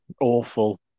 Awful